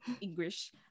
English